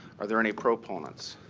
are there any proponents?